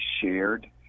shared